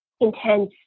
intense